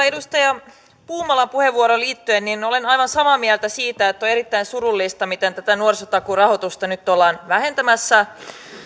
edustaja puumalan puheenvuoroon liittyen olen aivan samaa mieltä siitä että on erittäin surullista miten tätä nuorisotakuun rahoitusta nyt ollaan vähentämässä